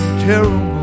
terrible